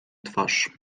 twarz